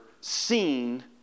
seen